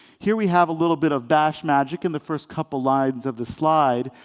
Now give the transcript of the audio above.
here, we have a little bit of bash magic in the first couple lines of the slide,